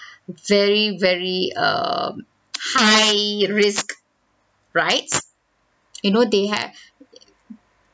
very very um high risk rides you know they have